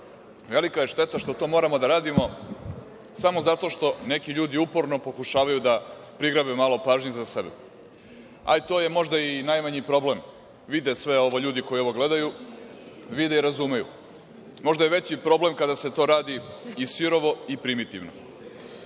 Velika je šteta što to moramo da radimo samo zato što neki ljudi uporno rešavaju da prigrabe malo pažnje za sebe. Ali, to je možda i najmanji problem, vide sve ovo ljudi koji ovo gledaju, vide i razumeju. Možda je veći problem kada se to radi i sirovo i primitivno,